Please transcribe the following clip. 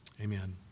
Amen